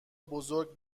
بزرگ